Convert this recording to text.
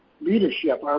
leadership